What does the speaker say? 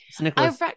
Nicholas